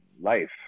life